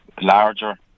larger